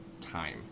time